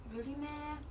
really meh